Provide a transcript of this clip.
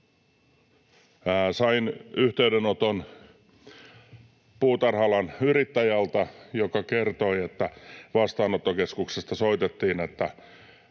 Sain yhteydenoton puutarha-alan yrittäjältä, joka kertoi, että vastaanottokeskuksesta soitettiin, että